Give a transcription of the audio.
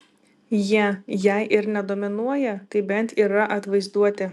jie jei ir ne dominuoja tai bent yra atvaizduoti